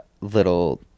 little